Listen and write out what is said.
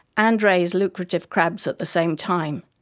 and raise lucrative crabs at the same time,